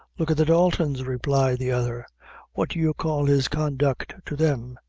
look at the daltons, replied the other what do you call his conduct to them?